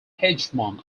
hegemon